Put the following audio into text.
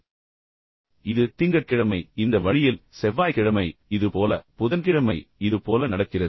எனவே இது திங்கட்கிழமை இந்த வழியில் செவ்வாய்க்கிழமை இது போல புதன்கிழமை இது போல நடக்கிறது